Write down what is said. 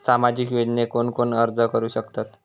सामाजिक योजनेक कोण कोण अर्ज करू शकतत?